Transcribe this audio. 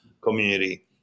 community